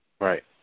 Right